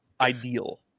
ideal